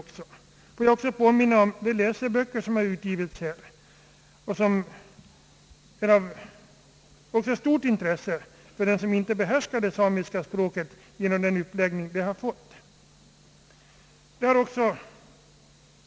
Får jag också påminna om de läseböcker som utgivits och mött stort intresse — genom sin uppläggning är de också av intresse för dem som inte behärskar det samiska språket.